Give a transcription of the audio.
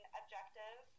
objective